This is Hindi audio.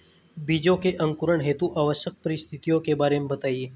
बीजों के अंकुरण हेतु आवश्यक परिस्थितियों के बारे में बताइए